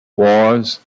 wars